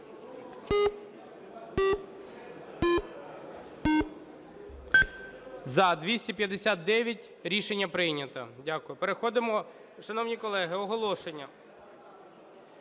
За-259 Рішення прийнято. Дякую. Переходимо… Шановні колеги, оголошення: